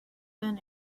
been